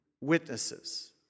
witnesses